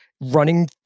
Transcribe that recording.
running